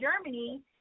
Germany